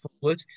forward